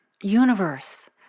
universe